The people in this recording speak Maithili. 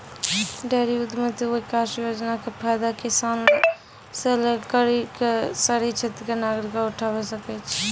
डेयरी उद्यमिता विकास योजना के फायदा किसान से लै करि क शहरी क्षेत्र के नागरिकें उठावै सकै छै